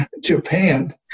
Japan